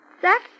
Zach